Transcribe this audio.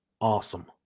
awesome